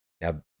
Now